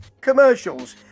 commercials